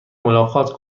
ملاقات